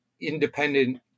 independent